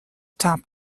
top